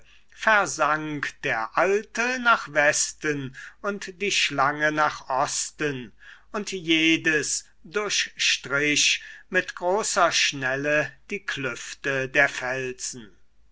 versank der alte nach westen und die schlange nach osten und jedes durchstrich mit großer schnelle die klüfte der felsen